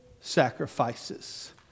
sacrifices